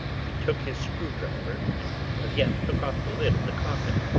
he took his screwdriver and again took off the lid of the coffin.